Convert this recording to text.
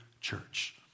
church